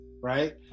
Right